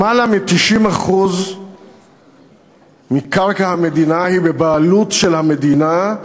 למעלה מ-90% מהקרקע במדינה היא בבעלות של המדינה,